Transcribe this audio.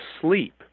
sleep